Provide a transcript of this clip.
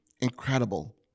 incredible